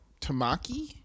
Tamaki